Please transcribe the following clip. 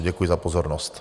Děkuji za pozornost.